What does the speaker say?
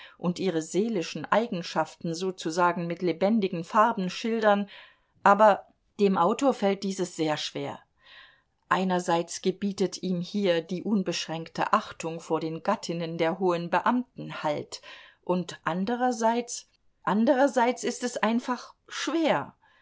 und ihre seelischen eigenschaften sozusagen mit lebendigen farben schildern aber dem autor fällt dieses sehr schwer einerseits gebietet ihm hier die unbeschränkte achtung vor den gattinnen der hohen beamten halt und andererseits andererseits ist es einfach schwer